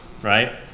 right